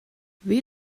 wie